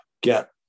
get